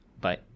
Bye